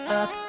up